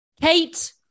Kate